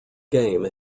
game